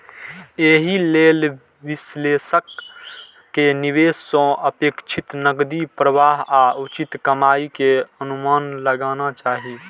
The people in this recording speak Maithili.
एहि लेल विश्लेषक कें निवेश सं अपेक्षित नकदी प्रवाह आ उचित कमाइ के अनुमान लगाना चाही